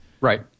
right